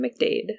McDade